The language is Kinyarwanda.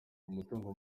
umutungo